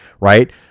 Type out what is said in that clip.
right